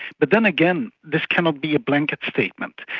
but then again this cannot be a blanket statement,